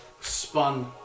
spun